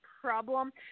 problem